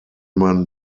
man